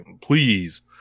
please